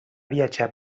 viatjar